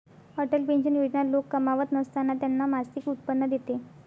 Atal pension योजना लोक कमावत नसताना त्यांना मासिक उत्पन्न देते